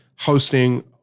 hosting